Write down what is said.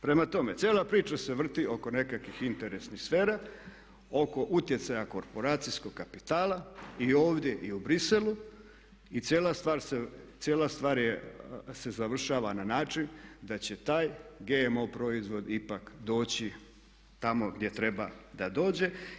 Prema tome, cijela priča se vrti oko nekakvih interesnih sfera, oko utjecaja korporacijskog kapitala i ovdje i u Bruxellesu i cijela stvar se završava na način da će taj GMO proizvod ipak doći tamo gdje treba da dođe.